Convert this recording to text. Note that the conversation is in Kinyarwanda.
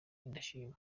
indashima